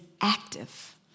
active